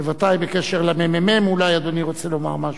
בקשר לממ"מ אולי אדוני רוצה לומר משהו.